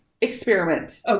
experiment